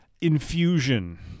Infusion